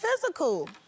physical